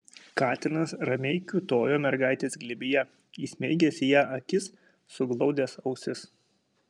katinas ramiai kiūtojo mergaitės glėbyje įsmeigęs į ją akis suglaudęs ausis